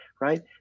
Right